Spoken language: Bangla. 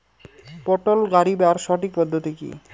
পটল গারিবার সঠিক পদ্ধতি কি?